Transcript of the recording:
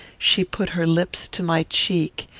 she put her lips to my cheek,